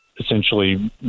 essentially